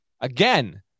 again